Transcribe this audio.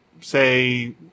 say